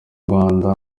rwanda